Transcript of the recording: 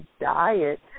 diet